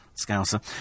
scouser